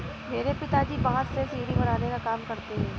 मेरे पिताजी बांस से सीढ़ी बनाने का काम करते हैं